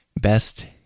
Best